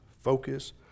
Focus